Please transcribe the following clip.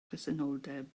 presenoldeb